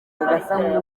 agasa